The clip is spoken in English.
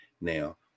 now